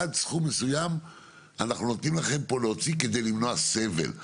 עד סכום מסוים אנחנו נותנים לכם פה להוציא כדי למנוע סבל,